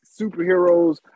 superheroes